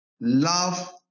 love